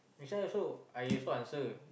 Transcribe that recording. this one also I also answer